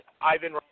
Ivan